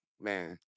Man